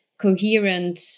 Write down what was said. coherent